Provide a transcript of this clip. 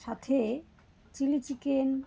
সাথে chilli chicken